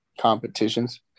competitions